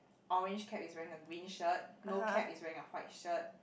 orange cap is wearing a green shirt no cap is wearing a white shirt